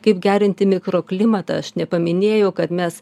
kaip gerinti mikroklimatą aš nepaminėjau kad mes